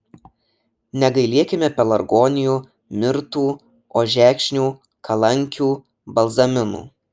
negailėkime pelargonijų mirtų ožekšnių kalankių balzaminų